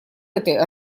этой